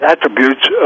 attributes